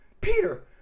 Peter